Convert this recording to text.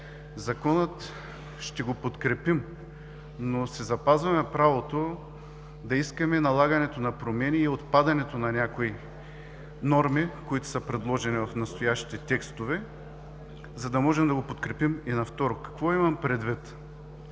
Закона ще подкрепим, но си запазваме правото да искаме налагането на промени и отпадането на някои норми, които са предложени в настоящите текстове, за да можем да го подкрепим и на второ четене. Какво имам предвид?